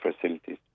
facilities